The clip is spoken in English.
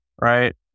right